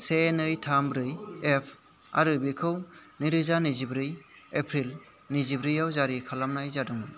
से नै थाम ब्रै एफ आरो बेखौ नैरोजा नैजिब्रै एप्रिल नैजिब्रैयाव जारि खालामनाय जादोंमोन